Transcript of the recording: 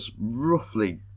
roughly